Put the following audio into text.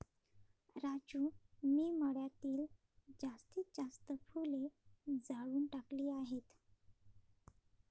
राजू मी मळ्यातील जास्तीत जास्त फुले जाळून टाकली आहेत